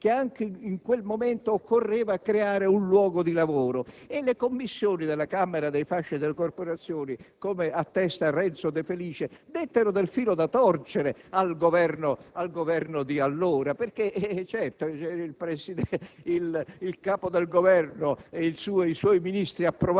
delle corporazioni, si capì che, anche in quel momento, occorreva creare un luogo di lavoro. Le Commissioni della Camera dei fasci e delle corporazioni, come attesta Renzo De Felice, dettero del filo da torcere al Governo di allora. I disegni di legge del